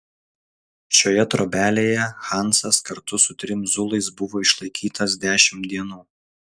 šioje trobelėje hansas kartu su trim zulais buvo išlaikytas dešimt dienų